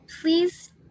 Please